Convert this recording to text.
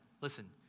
Listen